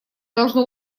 должно